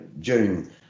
June